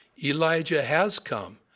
elijah has come,